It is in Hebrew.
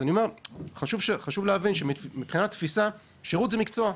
חשוב להבין שמבחינת תפיסה, שירות זה מקצוע,